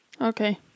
Okay